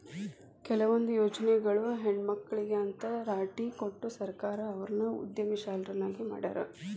ಕೆಲವೊಂದ್ ಯೊಜ್ನಿಯೊಳಗ ಹೆಣ್ಮಕ್ಳಿಗೆ ಅಂತ್ ರಾಟಿ ಕೊಟ್ಟು ಸರ್ಕಾರ ಅವ್ರನ್ನ ಉದ್ಯಮಶೇಲ್ರನ್ನಾಗಿ ಮಾಡ್ಯಾರ